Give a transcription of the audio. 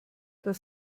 das